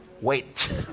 wait